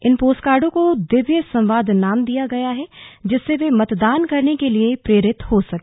इन पोस्टकार्डों को दिव्य संवाद नाम दिया गया है जिससे वे मतदान करने के लिए प्रेरित हो सके